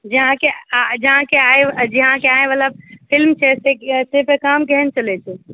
जे अहाँके आय जे अहाँके आय आबयवला फिल्म छै ताहि ताहिपर काम केहन चलैत छै